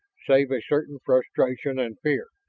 save a certain frustration and fear.